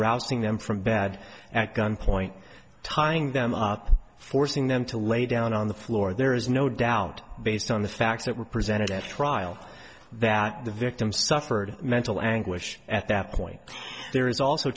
rousing them from bad at gunpoint tying them up forcing them to lay down on the floor there is no doubt based on the facts that were presented at trial that the victim suffered mental anguish at that point there is also